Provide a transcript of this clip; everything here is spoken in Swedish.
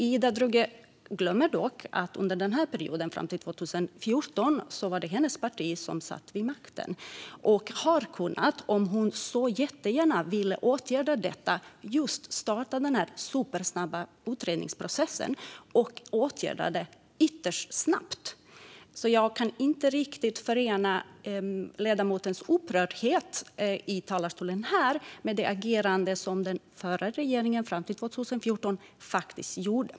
Ida Drougge glömmer dock att under denna period, fram till 2014, var det hennes parti som satt vid makten. Om hon jättegärna hade velat åtgärda detta hade man kunnat starta den supersnabba utredningsprocessen och åtgärda det ytterst snabbt. Jag kan inte riktigt förena ledamotens upprördhet i talarstolen med det agerande som den förra regeringen fram till 2014 faktiskt hade.